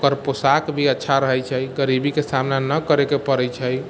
ओकर पोशाक भी अच्छा रहैत छै गरीबीके सामना नहि करैके पड़ैत छै